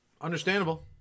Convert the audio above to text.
understandable